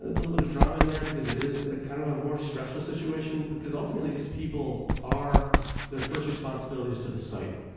ah but but drama in there because it is a kind of ah more stressful situation because ultimately, these people are their first responsibility is to the site.